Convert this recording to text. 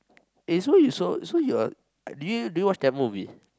eh so you so so you're do you do you watch Tamil movie